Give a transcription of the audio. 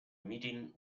meeting